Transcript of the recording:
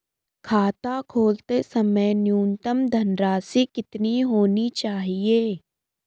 खाता खोलते समय न्यूनतम धनराशि कितनी होनी चाहिए?